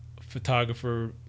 photographer